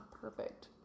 perfect